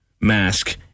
mask